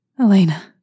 Elena